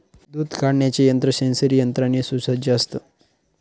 दूध काढण्याचे यंत्र सेंसरी यंत्राने सुसज्ज असतं